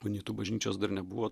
unitų bažnyčios dar nebuvo